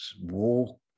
walk